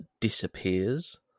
disappears